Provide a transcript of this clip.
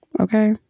Okay